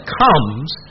comes